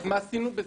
אז מה עשינו בזה?